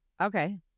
okay